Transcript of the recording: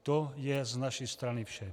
To je z naší strany vše.